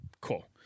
Cool